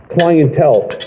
clientele